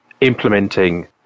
implementing